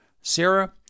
Sarah